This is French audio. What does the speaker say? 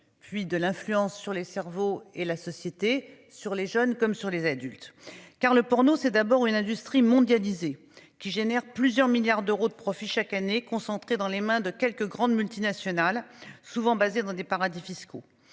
puis de l'influence sur les cerveaux et la société sur les jeunes, comme sur les adultes car le porno c'est d'abord une industrie mondialisée qui génère plusieurs milliards d'euros de profits chaque année concentré dans les mains de quelques grandes multinationales souvent basées dans des paradis fiscaux,